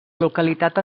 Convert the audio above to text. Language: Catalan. localitat